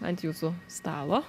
ant jūsų stalo